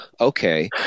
okay